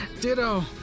Ditto